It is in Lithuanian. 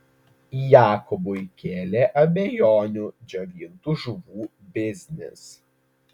jakobui kėlė abejonių džiovintų žuvų biznis